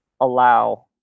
allow